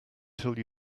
till